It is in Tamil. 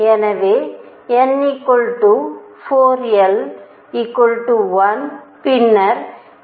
எனவே n 4 l 1 பின்னர் n 5 l 0